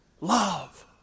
love